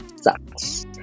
sucks